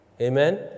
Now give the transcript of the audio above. Amen